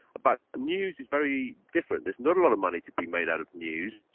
but news is very different. there's not a lot of money to be made out of news.